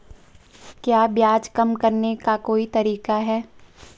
क्या ब्याज कम करने का कोई तरीका है?